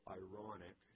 ironic